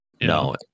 No